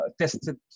tested